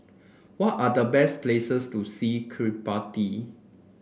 what are the best places to see Kiribati